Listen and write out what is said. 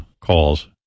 calls